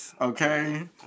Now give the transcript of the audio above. okay